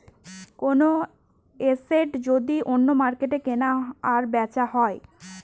কোনো এসেট যদি অন্য মার্কেটে কেনা আর বেচা হয়